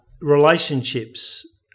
relationships